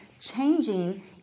changing